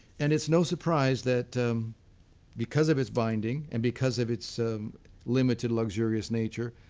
and it's no surprise that because of its binding, and because of its limited luxurious nature,